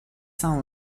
town